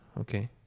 Okay